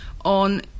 on